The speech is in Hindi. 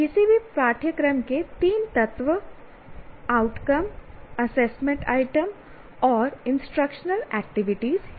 किसी भी पाठ्यक्रम के तीन तत्व आउटकम असेसमेंट आइटम और इंस्ट्रक्शनल एक्टिविटीज हैं